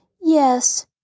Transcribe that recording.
Yes